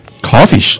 Coffee